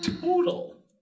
total